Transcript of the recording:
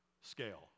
scale